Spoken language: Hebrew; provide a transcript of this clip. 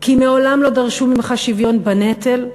כי מעולם לא דרשו ממך שוויון בנטל,